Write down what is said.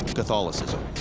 catholicism.